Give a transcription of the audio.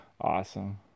Awesome